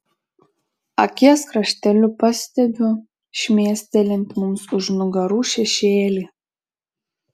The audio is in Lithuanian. akies krašteliu pastebiu šmėstelint mums už nugarų šešėlį